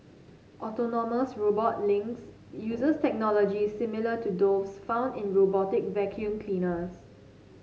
autonomous robot Lynx uses technology similar to those found in robotic vacuum cleaners